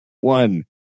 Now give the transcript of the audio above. one